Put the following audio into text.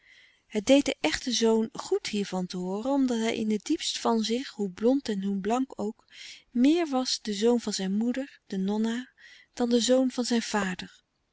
het deed den echten zoon goed hiervan te hooren omdat hij in het diepst van zich hoe blond en hoe blank ook meer was de zoon van zijn moeder de nonna dan de zoon van zijn vader